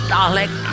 Dalek